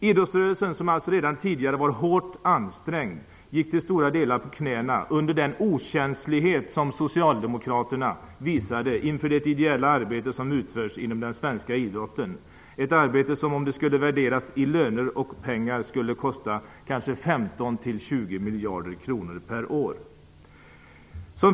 Idrottsrörelsen, som alltså redan tidigare var hårt ansträngd, gick till stora delar på knäna under den okänslighet som Socialdemokraterna visade inför det ideella arbete som utförs inom den svenska idrotten. Det är ett arbete som om det skulle värderas i löner och pengar skulle kosta 15--20 miljarder kronor per år.